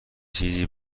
چیزی